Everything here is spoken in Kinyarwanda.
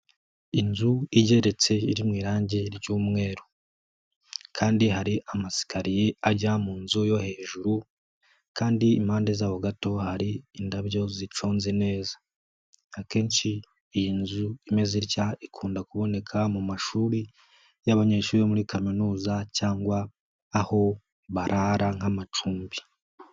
Inzu igeretse iri mu irangi ry'umweru kandi hari amasikariye ajya mu nzu yo hejuru kandi impande zaho gato hari indabyo zicunze neza. Akenshi iyi nzu imeze itya ikunda kuboneka mu mashuri y'abanyeshuri bo muri kaminuza cyangwa aho barara nk'amacumbi.